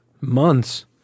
Months